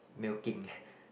milking